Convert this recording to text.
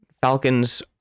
Falcons